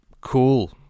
cool